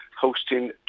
hosting